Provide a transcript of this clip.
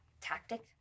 tactic